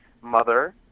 Mother